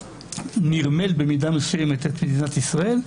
שנרמל במידה מסוימת את מדינת ישראל,